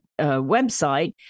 website